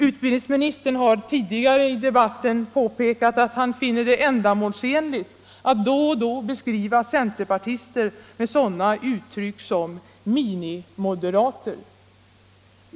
Utbildningsministern har tidigare i debatten påpekat att han finner det ändamålsenligt att då och då beskriva centerpartister med uttryck som ”minimoderater”.